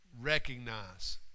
recognize